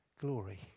glory